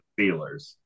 Steelers